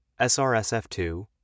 SRSF2